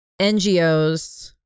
NGOs